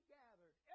gathered